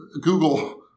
Google